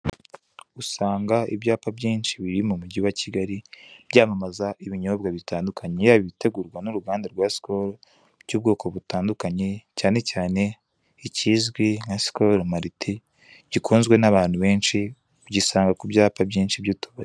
Usanga ibyapa byinshi biri mu mujyi wa Kigali byamamaza ibinyobwa bitandukanye yaba ibitegurwa n'uruganda rwa Skol cy'ubwoko butandukanye cyane cyane ikizwi nka Skol Malt gikunzwe n'abantu benshi ugisanga ku byapa byinshi by'utubari.